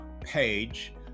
page